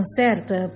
certa